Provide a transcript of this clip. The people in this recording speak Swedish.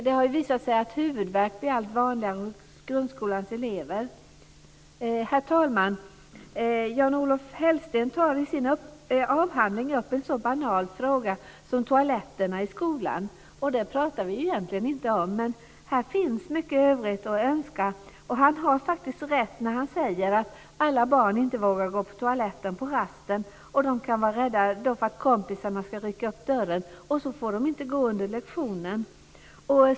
Det har visat sig att det blir allt vanligare med huvudvärk hos grundskolans elever. Herr talman! Jan-Olof Hellsten tar i sin avhandling upp en så banal fråga som toaletterna i skolan. Det pratar vi egentligen inte om, men det finns mycket övrigt att önska. Och han har faktiskt rätt när han säger att alla barn inte vågar gå på toaletten på rasten. De kan vara rädda för att kompisarna ska rycka upp dörren. Och de får inte gå på toaletten under lektionerna.